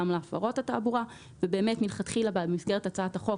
גם להפרות התעבורה ובאמת מלכתחילה במסגרת הצעת החוק